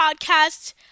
podcast